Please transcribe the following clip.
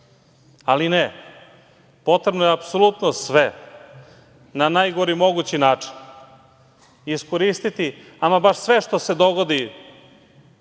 ne. Potrebno je apsolutno sve na najgori mogući način iskoristiti, ama baš sve što se dogodi